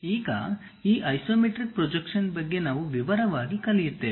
ಈಗ ಈ isometric projection ಬಗ್ಗೆ ನಾವು ವಿವರವಾಗಿ ಕಲಿಯುತ್ತೇವೆ